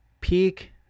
peak